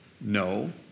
no